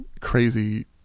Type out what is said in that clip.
crazy